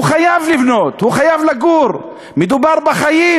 הוא חייב לבנות, הוא חייב לגור, מדובר בחיים